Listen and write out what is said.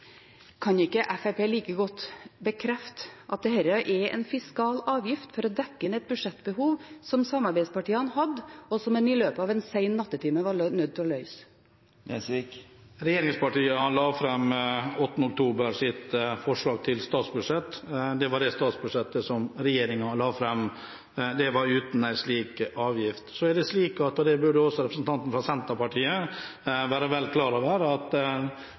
Kan ikke Fremskrittspartiet like godt bekrefte at dette er en fiskal avgift for å dekke inn et budsjettbehov som samarbeidspartiene hadde, og som en i løpet av en sen nattetime var nødt til å løse? Regjeringspartiene la 8. oktober fram sitt forslag til statsbudsjett – det var det statsbudsjettet som regjeringen la fram. Det var uten en slik avgift. Så er det slik, og det burde også representanten fra Senterpartiet være vel klar over, at